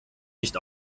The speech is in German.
nicht